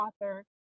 author